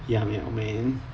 ya but when